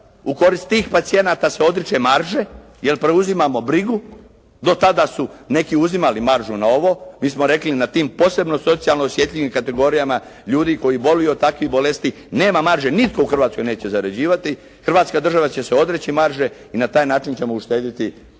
korist tih pacijenata se odriče marže, jer preuzimamo brigu, do tada su neki uzimali maržu na ovo, mi smo rekli na tim posebno socijalno osjetljivim kategorijama ljudi koji boluju od takvih bolesti, nema marže, nitko u Hrvatskoj neće zarađivati. Hrvatska država će se odreći marže i na taj način ćemo uštedjeti 50 milijuna